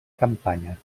campanya